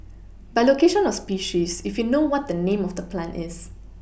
by location or species if you know what the name of the plant is